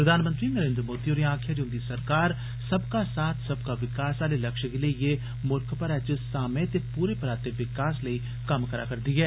प्रधानमंत्री नरेंद्र मोदी होरें आक्खेआ ऐ जे उंदी सरकार ''सबका साथ सबका विकास'' आले लक्ष्य गी लेई मुल्ख भरै च सामे ते पूरे पराते विकास लेई कम्म करा करदी ऐ